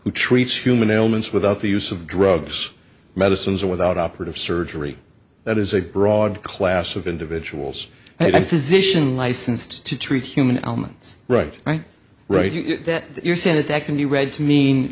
who treats human elements without the use of drugs medicines or without operative surgery that is a broad class of individuals and i physician licensed to treat human elements right right right that you're saying is that can you read to mean